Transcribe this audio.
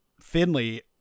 Finley